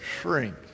shrink